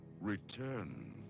Return